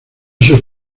sus